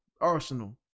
Arsenal